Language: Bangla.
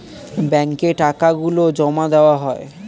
ব্যাঙ্কে টাকা গুলো জমা দেওয়া হয়